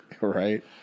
Right